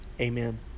amen